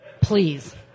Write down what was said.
Please